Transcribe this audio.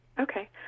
Okay